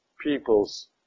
people's